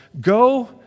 go